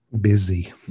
busy